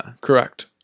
Correct